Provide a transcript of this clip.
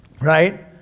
right